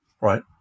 right